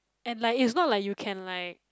and like it's not like you can like